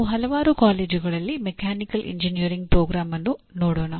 ನಾವು ಹಲವಾರು ಕಾಲೇಜುಗಳಲ್ಲಿ ಮೆಕ್ಯಾನಿಕಲ್ ಎಂಜಿನಿಯರಿಂಗ್ ಪ್ರೋಗ್ರಾಂ ಅನ್ನು ನೋಡೋಣ